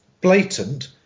blatant